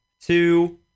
two